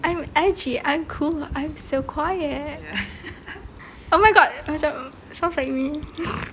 I'm edgy I'm cool I'm so quiet oh my god macam sounds like me